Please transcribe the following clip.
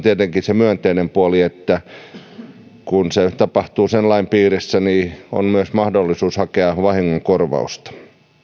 tietenkin se myönteinen puoli että kun se tapahtuu sen lain piirissä niin on myös mahdollisuus hakea vahingonkorvausta